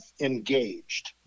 engaged